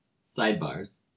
sidebars